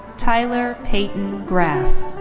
tyler peyton graff.